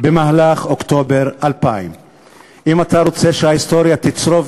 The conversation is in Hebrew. במהלך אוקטובר 2000. אם אתה רוצה שההיסטוריה תצרוב